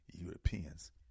Europeans